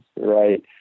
Right